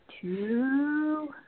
two